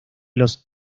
los